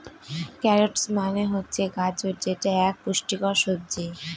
carrots মানে হচ্ছে গাজর যেটা এক পুষ্টিকর সবজি